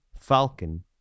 Falcon